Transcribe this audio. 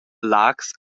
laax